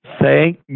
Thank